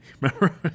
remember